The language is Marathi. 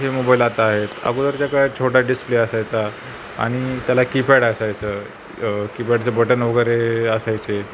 हे मोबाईल आता आहेत अगोदरच्या काय छोटा डिस्प्ले असायचा आणि त्याला कीपॅड असायचं कीपॅडचं बटन वगैरे असायचे